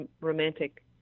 romantic